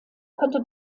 konnte